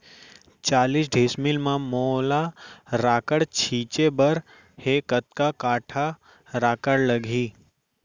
चालीस डिसमिल म मोला राखड़ छिंचे बर हे कतका काठा राखड़ लागही?